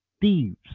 thieves